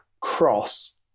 cross